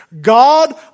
God